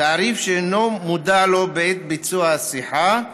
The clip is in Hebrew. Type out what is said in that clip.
תעריף שהוא אינו מודע לו בעת ביצוע השיחה,